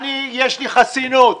יש לי חסינות.